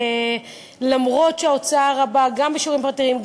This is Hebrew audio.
אף שההוצאה רבה גם בשיעורים פרטיים,